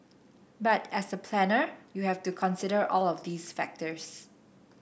but as a planner you have to consider all of these factors